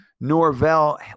Norvell